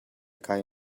kai